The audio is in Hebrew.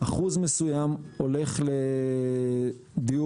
אחוז מסוים הולך לדיור